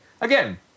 Again